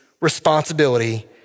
responsibility